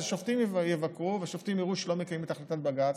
אז השופטים יבקרו והשופטים יראו שלא מקיימים את החלטת בג"ץ,